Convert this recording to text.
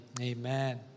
Amen